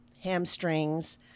hamstrings